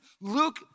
Luke